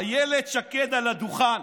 אילת שקד על הדוכן: